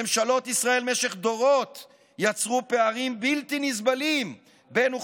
ממשלות ישראל במשך דורות יצרו פערים בלתי נסבלים בין אוכלוסיות,